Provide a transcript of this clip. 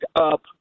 up